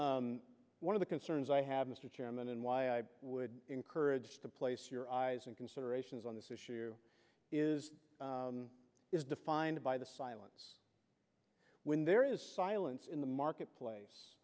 one of the concerns i have mr chairman and why i would encourage to place your eyes and considerations on this issue is is defined by the silence when there is silence in the marketplace